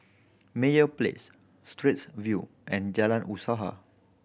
Meyer Place Straits View and Jalan Usaha